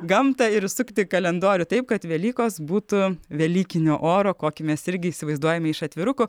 gamtą ir sukti kalendorių taip kad velykos būtų velykinio oro kokį mes irgi įsivaizduojame iš atvirukų